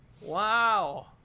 wow